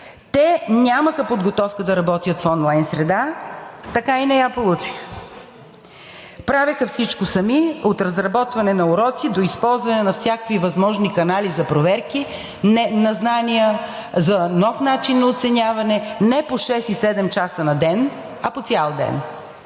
Те нямаха подготовка да работят в онлайн среда, така и не я получиха. Правеха всичко сами – от разработване на уроци до използване на всякакви възможни канали за проверки на знания, за нов начин на оценяване, не по 6 и 7 часа на ден, а по цял ден.